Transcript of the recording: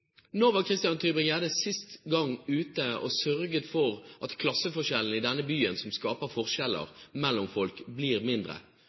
sist gang ute og sørget for at klasseforskjellen i denne byen, som skaper forskjeller mellom folk, blir mindre?